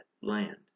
land